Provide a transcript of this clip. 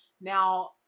Now